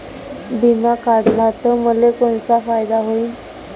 बिमा काढला त मले कोनचा फायदा होईन?